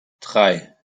drei